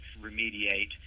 remediate